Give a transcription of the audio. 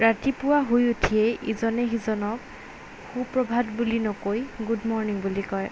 ৰাতিপুৱা শুই উঠিয়েই ইজনে সিজনক সু প্ৰভাত বুলি নকৈ গুড মৰ্ণিং বুলি কয়